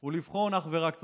הוא לבחון אך ורק תוצאות.